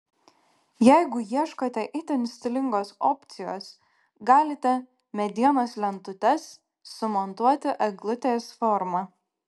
jeigu ieškote itin stilingos opcijos galite medienos lentutes sumontuoti eglutės forma